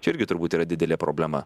čia irgi turbūt yra didelė problema